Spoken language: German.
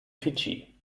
fidschi